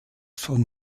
von